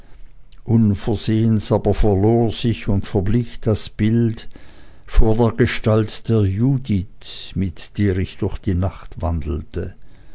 unversehens aber verlor sich und verblich das bild vor der gestalt der judith mit der ich durch die nacht wandelte